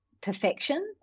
perfection